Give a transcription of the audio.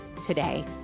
today